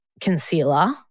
concealer